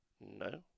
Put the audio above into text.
No